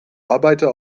arbeiter